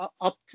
up